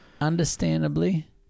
Understandably